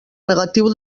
negatiu